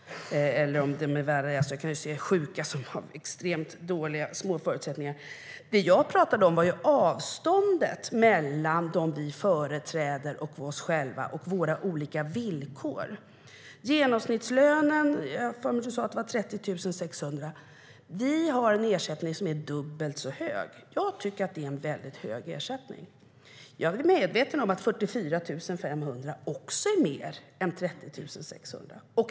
Jag kan se sjuka som har extremt små förutsättningar. Jag är medveten om att 44 500 också är mer än 30 600.